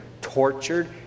tortured